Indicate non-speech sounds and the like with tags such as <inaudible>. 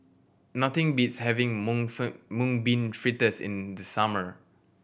nothing beats having mung <unintelligible> Mung Bean Fritters in the summer